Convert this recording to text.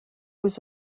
was